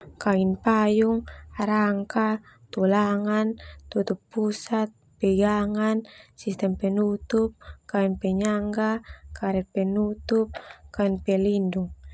Kain payung, rangka, tulangan, tutup pusat, pegangan, sistem penutup, kain penyangga, karet penutup, kain pelindung.